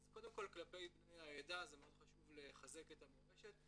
אז קודם כל כלפי בני העדה זה מאוד חשוב לחזק את המורשת,